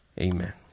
amen